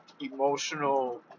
emotional